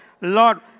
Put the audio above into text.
Lord